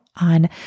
on